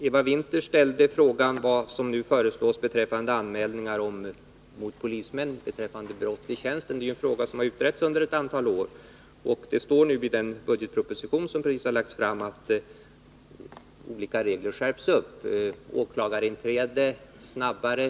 Eva Winther frågade vad som nu föreslås beträffande anmälningar mot polismän för brott i tjänsten. Det gäller ju en fråga som har utretts under ett antal år, och av den budgetproposition som nu har lagts fram framgår att olika regler skärps. Ett snabbare åklagarinträde slås fast.